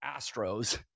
Astros